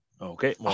Okay